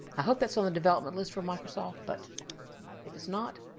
i hope that's on the development list for microsoft, but if it's not,